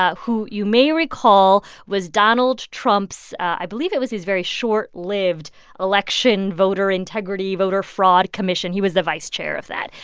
ah who you may recall was donald trump's i believe it was his very short-lived election voter integrity voter fraud commission. he was the vice chair of that.